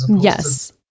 yes